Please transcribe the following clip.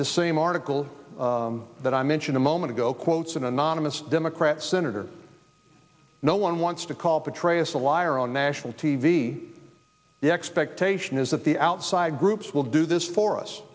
the same article that i mentioned a moment ago quotes an anonymous democrat senator no one wants to call petraeus a liar on national t v the expectation is that the outside groups will do this for us